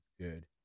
Good